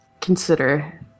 consider